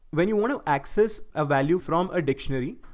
when you want to access a value from a dictionary,